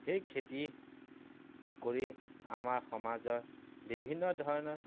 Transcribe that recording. সেই খেতি কৰি আমাৰ সমাজৰ বিভিন্ন ধৰণৰ